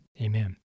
Amen